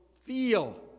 feel